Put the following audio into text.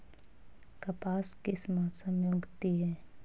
कपास किस मौसम में उगती है?